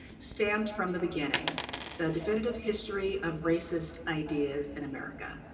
stamped from the beginning the definitive history of racist ideas in america.